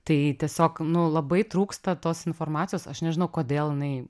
tai tiesiog labai trūksta tos informacijos aš nežinau kodėl jinai